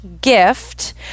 gift